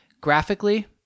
Graphically